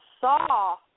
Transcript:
saw